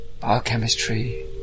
biochemistry